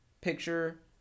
picture